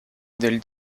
del